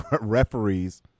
referees